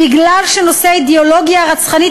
בגלל שהוא נושא אידיאולוגיה רצחנית,